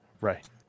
right